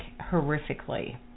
horrifically